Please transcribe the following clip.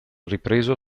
ripreso